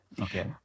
Okay